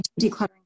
decluttering